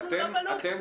אתם,